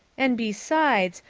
and besides,